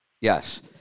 yes